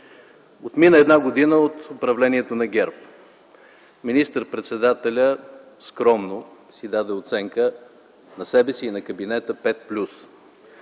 Отмина една година от управлението на ГЕРБ. Министър-председателят скромно даде оценка – на себе си и на кабинета –